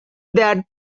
that